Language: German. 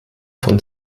von